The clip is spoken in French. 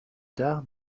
tard